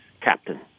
Captain